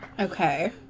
Okay